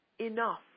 enough